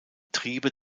triebe